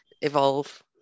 evolve